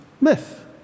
myth